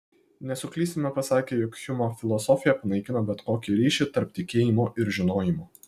nesuklysime pasakę jog hjumo filosofija panaikino bet kokį ryšį tarp tikėjimo ir žinojimo